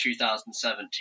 2017